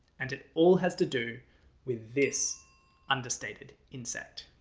and it all has to do with this understated insect.